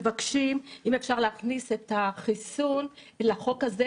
מבקשים אם אפשר להכניס את החיסון לחוק הזה,